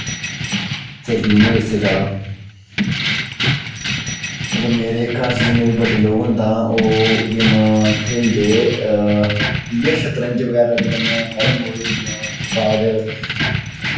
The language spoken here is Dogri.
सिर पीड़ नी होऐ जिसतै जादा मतलव मेरे घर जिन्ने बी बड्डे लोग न तां ओह् गेमां खेलदे इयै शतरंज बगैरा कन्नै कैरमबोरेड़ होइया ओह्दे बाद